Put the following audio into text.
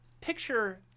Picture